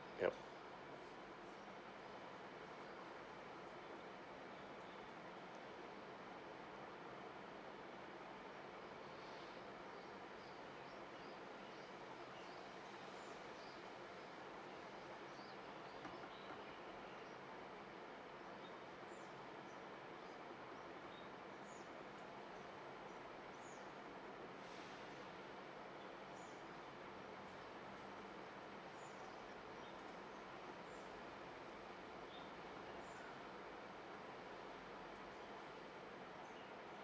yup